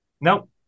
Nope